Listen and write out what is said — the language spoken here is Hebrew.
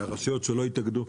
שהרשויות שלא התאגדו